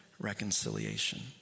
reconciliation